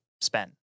spend